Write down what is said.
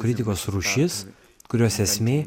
kritikos rūšis kurios esmė